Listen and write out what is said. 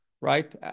right